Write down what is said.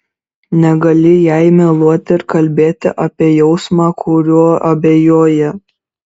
negali jai meluoti ir kalbėti apie jausmą kuriuo abejoja